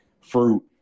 fruit